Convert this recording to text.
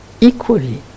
equally